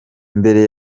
mbere